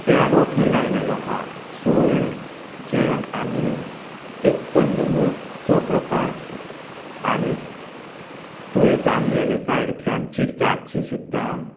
तेरो थंय लायलेलो आहा सुरण जें आमी एक कंदमुळाचो प्रकारसो आनी थंयच आमगेल्या सायडींतल्यान चिरक्याची सुद्दां